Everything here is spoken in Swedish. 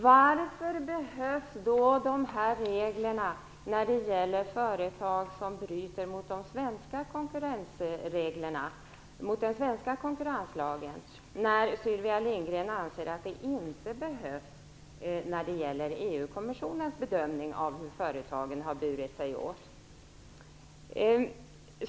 Varför behövs då dessa regler när det gäller företag som bryter mot de svenska konkurrensreglerna och den svenska konkurrenslagen när Sylvia Lindgren anser att de inte behövs när det gäller EU kommissionens bedömning av hur företagen har burit sig åt?